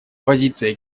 позиция